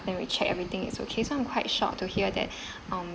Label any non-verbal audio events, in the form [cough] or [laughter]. then we check everything is okay some quite shocked to hear that [breath] um